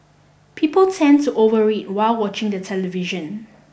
people tend to overeat while watching the television